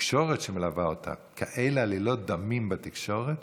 והתקשורת שמלווה אותה כאלה עלילות דמים בתקשורת